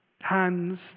Hands